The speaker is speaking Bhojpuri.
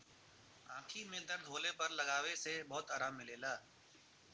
आंखी में दर्द होले पर लगावे से बहुते आराम मिलला